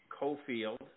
Cofield